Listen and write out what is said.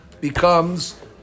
becomes